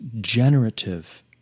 generative